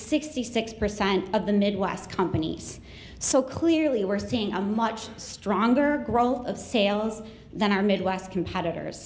sixty six percent of the midwest companies so clearly we're seeing a much stronger growth of sales than our midwest competitors